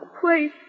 place